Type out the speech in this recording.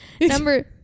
number